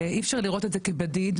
ואי אפשר לראות את זה כבדיד,